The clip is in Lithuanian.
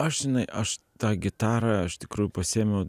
aš žinai aš tą gitarą iš tikrųjų pasiėmiau